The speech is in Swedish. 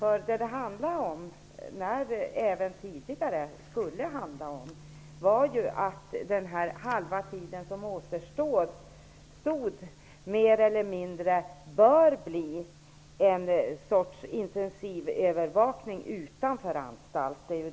Vad det handlar om, och vad det tidigare skulle ha handlat om, är ju att den återstående hälften av strafftiden mer eller mindre bör utgöras av en sorts intensivövervakning utanför anstalten.